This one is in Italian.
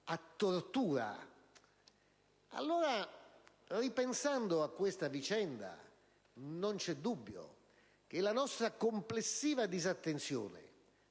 a tortura. Ripensando a questa vicenda, non c'è dubbio che la nostra complessiva disattenzione